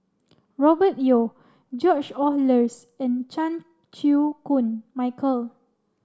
Robert Yeo George Oehlers and Chan Chew Koon Michael